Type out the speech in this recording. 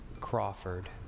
Crawford